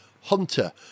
Hunter